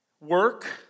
work